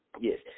Yes